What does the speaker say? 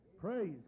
Praise